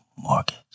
Mortgage